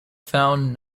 found